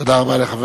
תודה רבה לחבר